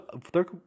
third